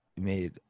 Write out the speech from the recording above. made